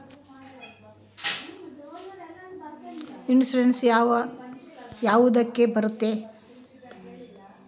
Insurance ಯಾವ ಯಾವುದಕ್ಕ ಬರುತ್ತೆ?